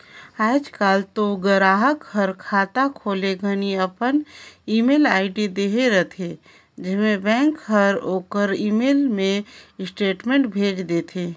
आयज कायल तो गराहक हर खाता खोले घनी अपन ईमेल आईडी देहे रथे जेम्हें बेंक हर ओखर ईमेल मे स्टेटमेंट भेज देथे